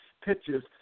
pictures